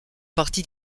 parti